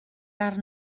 are